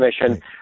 Commission